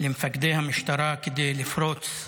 למפקדי המשטרה כדי לפרוץ למסגדים,